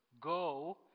go